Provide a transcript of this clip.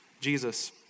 Jesus